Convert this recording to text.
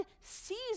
sees